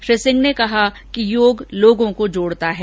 श्री सिंह ने कहा कि योग लोगों को जोड़ता है